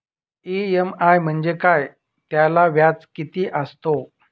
EMI म्हणजे काय? त्याला व्याज किती असतो?